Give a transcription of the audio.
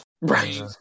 right